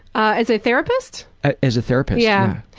as a therapist? ah as a therapist, yeah.